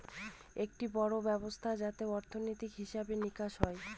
একটি বড়ো ব্যবস্থা যাতে অর্থনীতি, হিসেব নিকেশ হয়